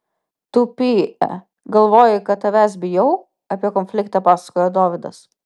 tu py e galvoji kad tavęs bijau apie konfliktą pasakojo dovydas